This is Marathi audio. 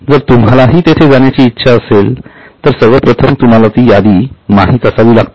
जर तुम्हालाही तेथे जाण्याची इच्छा असेल तर सर्वप्रथम तुम्हाला ती यादी माहित असावी लागते